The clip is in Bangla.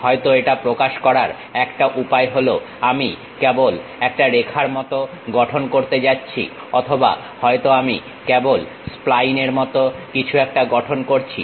হয়তো এটা প্রকাশ করার একটা উপায় হলো আমি কেবল একটা রেখার মতো গঠন করতে যাচ্ছি অথবা হয়তো আমি কেবল স্প্লাইন এর মত কিছু একটা গঠন করছি